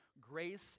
grace